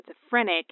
schizophrenic